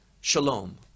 Shalom